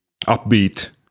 upbeat